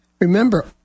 remember